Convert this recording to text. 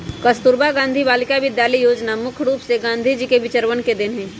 कस्तूरबा गांधी बालिका विद्यालय योजना मुख्य रूप से गांधी जी के विचरवन के देन हई